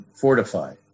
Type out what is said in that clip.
fortify